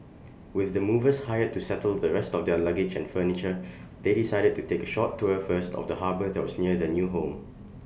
with the movers hired to settle the rest of their luggage furniture they decided to take short tour first of the harbour that was near their new home